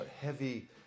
heavy